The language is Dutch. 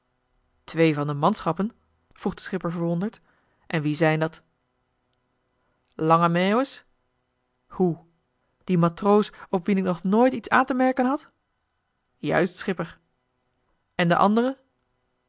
twee van de manschappen vroeg de schipper verwonderd en wie zijn dat lange meeuwis hoe die matroos op wien ik nog nooit iets aan te merken had juist schipper en de andere